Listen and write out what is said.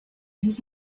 his